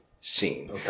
scene